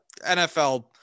NFL